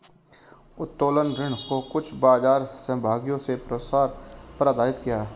उत्तोलन ऋण को कुछ बाजार सहभागियों ने प्रसार पर आधारित किया